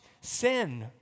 sin